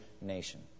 nation